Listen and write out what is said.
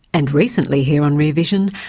and recently here on rear vision,